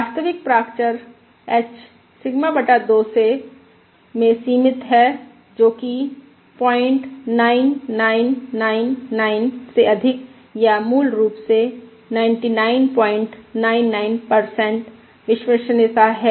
वास्तविक प्राचर h sigma बटा 2 मे सीमित है जोकि 09999 से अधिक या मूल रूप से 9999 विश्वसनीय है